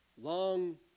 long